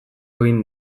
egin